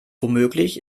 womöglich